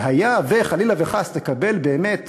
אבל היה וחלילה וחס תקבל באמת